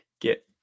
get